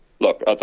Look